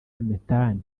methane